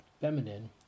feminine